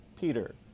Peter